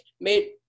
made